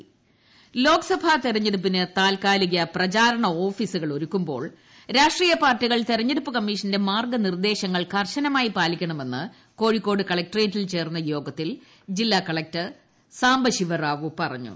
മാർഗനിർദ്ദേശങ്ങൾ ലോക്സഭാ തെരഞ്ഞെടുപ്പിന് താത്കാലിക പ്രചാരണ ഓഫീസുകൾ ഒരുക്കുമ്പോൾ രാഷ്ട്രീയ പാർട്ടികൾ തെരഞ്ഞെടുപ്പ് കമ്മീഷന്റെ മാർഗ നിർദ്ദേശങ്ങൾ കർശനമായി പാലിക്കണമെന്ന് കോഴിക്കോട് കലക്ടറേറ്റിൽ ചേർന്ന യോഗത്തിൽ ജില്ലാ കലക്ടർ സാംബശിവ റാവു പറഞ്ഞു